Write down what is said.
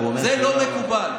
זה לא מקובל.